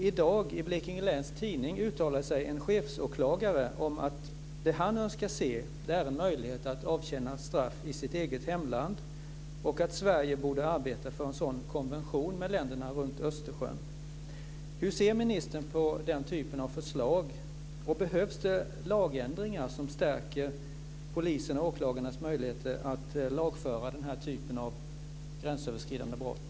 I dag i Blekinge läns tidning uttalar sig en chefsåklagare om att det han önskar se är en möjlighet att avtjäna straff i det egna hemlandet och att Sverige borde arbeta för en sådan konvention med länderna runt Östersjön. Hur ser ministern på den typen av förslag? Behövs det lagändringar som stärker polisens och åklagarnas möjligheter att lagföra den här typen av gränsöverskridande brott?